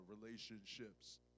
relationships